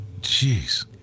jeez